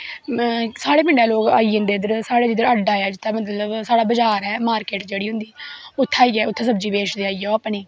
साढ़ै पिंडे दे लोग आई जंदे इध्दर साढ़ै जित्थें अड्डा ऐ मतलव साढ़ा बज़ार ऐ मार्किट जेह्ड़ी होंदी उत्थैं आईयै उत्थैं सब्जी बेचदे ओह् अपनी